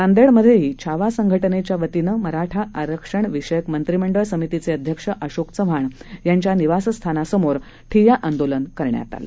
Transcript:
नांदेडमध्येही छावा संघटनेच्या वतीनं मराठा आरक्षण विषयक मंत्रीमंडळ समितीचे अध्यक्ष अशोक चव्हाण यांच्या निवासस्थानासमोर ठिया आंदोलन केलं